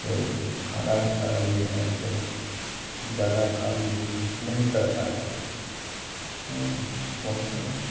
तो खाना अगर खा लिए हैं तो ज़्यादा खा लिए तो नहीं तैर पाएँगे पोषण भी